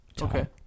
okay